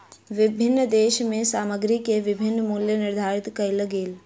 विभिन्न देश में सामग्री के विभिन्न मूल्य निर्धारित कएल गेल